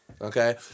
Okay